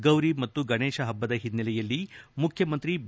ಗೌರಿ ಮತ್ತು ಗಣೇಶ ಹಬ್ಬದ ಹಿನ್ನೆಲೆಯಲ್ಲಿ ಮುಖ್ಯಮಂತ್ರಿ ಬಿ